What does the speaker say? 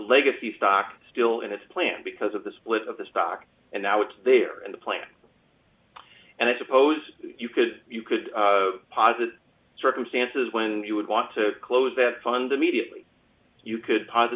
legacy stock still in its plan because of the split of the stock and now it's there in the plan and i suppose you could you could posit circumstances when you would want to close that funded mediately you could cause